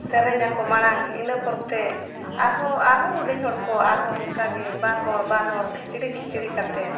ᱥᱮᱨᱮᱧ ᱟᱠᱚ ᱢᱟᱲᱟᱝ ᱤᱱᱟᱹ ᱯᱚᱨᱛᱮ ᱟᱨᱦᱚᱸ ᱟᱨᱦᱚᱸ ᱦᱩᱰᱤᱧ ᱦᱚᱲ ᱠᱚ ᱟᱨ ᱦᱚᱸ ᱚᱱᱠᱟᱜᱮ ᱵᱟᱨ ᱦᱚᱲ ᱵᱟᱨ ᱦᱚᱲ ᱠᱷᱮᱪᱲᱤ ᱠᱷᱮᱪᱲᱤ ᱠᱟᱛᱮᱫ